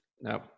No